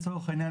לצורך העניין,